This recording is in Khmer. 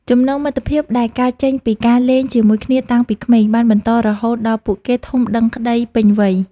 ចំណងមិត្តភាពដែលកើតចេញពីការលេងជាមួយគ្នាតាំងពីក្មេង បានបន្តរហូតដល់ពួកគេធំដឹងក្តីពេញវ័យ។